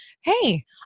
hey